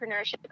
entrepreneurship